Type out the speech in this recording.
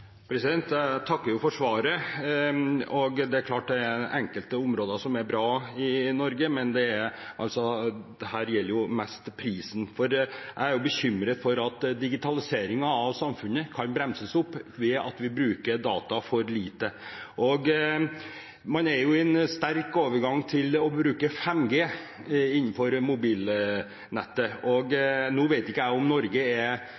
klart at enkelte områder er bra i Norge. Men dette gjelder mest pris, for jeg er bekymret for at digitaliseringen av samfunnet kan bremses opp ved at vi bruker data for lite. Man er i en sterk overgang til å bruke 5G innenfor mobilnettet. Nå vet ikke jeg om Norge er